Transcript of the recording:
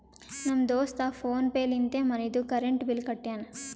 ನಮ್ ದೋಸ್ತ PhonePe ಲಿಂತೆ ಮನಿದು ಕರೆಂಟ್ ಬಿಲ್ ಕಟ್ಯಾನ್